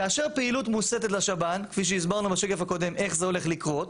כאשר פעילות מוסתת לשב"ן כפי שהסברנו בשקף הקודם איך זה הולך לקרות,